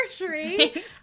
anniversary